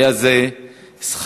היה זה שכרנו,